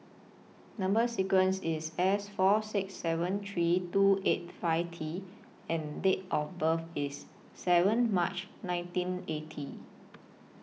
Number sequence IS S four six seven three two eight five T and Date of birth IS seven March nineteen eighty